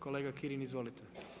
Kolega Kirin, izvolite.